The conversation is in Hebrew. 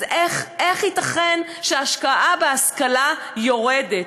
אז איך, איך ייתכן שההשקעה בהשכלה יורדת?